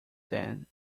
then